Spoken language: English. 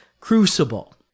Crucible